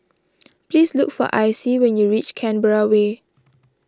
please look for Icie when you reach Canberra Way